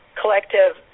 collective